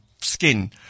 skin